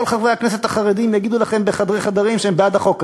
כל חברי הכנסת החרדים יגידו לכם בחדרי חדרים שהם בעד החוק הזה,